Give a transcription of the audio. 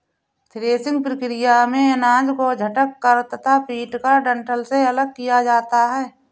threshing प्रक्रिया में अनाज को झटक कर तथा पीटकर डंठल से अलग किया जाता है